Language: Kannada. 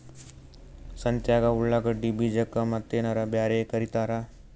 ಸಂತ್ಯಾಗ ಉಳ್ಳಾಗಡ್ಡಿ ಬೀಜಕ್ಕ ಮತ್ತೇನರ ಬ್ಯಾರೆ ಕರಿತಾರ?